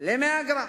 ל-100 גרם.